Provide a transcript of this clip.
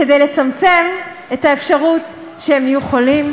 כדי לצמצם את האפשרות שהם יהיו חולים,